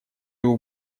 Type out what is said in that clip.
его